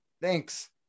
thanks